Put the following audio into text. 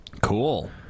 Cool